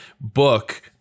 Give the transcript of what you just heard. book